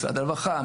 משרד הרווחה,